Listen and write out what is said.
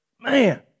Man